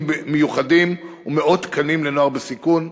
מיוחדים ומאות תקנים לנוער בסיכון.